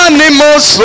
Animals